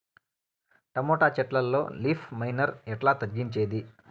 Tomato చెట్లల్లో leaf miner ఎట్లా తగ్గించేది?